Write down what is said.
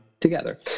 together